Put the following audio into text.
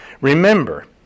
Remember